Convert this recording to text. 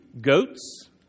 goats